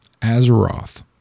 Azeroth